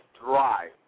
dry